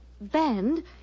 Band